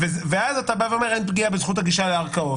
ואז אתה בא ואומר שאין פגיעה בזכות הגישה לערכאות.